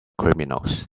criminals